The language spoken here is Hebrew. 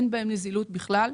אין בהם נזילות בכלל.